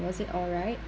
was it alright